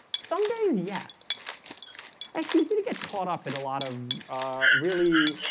some days. yes it's easy to get caught up in a lot of really?